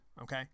Okay